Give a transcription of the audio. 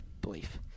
belief